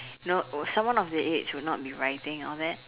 you know or someone of that age would not be writing all that